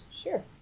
Sure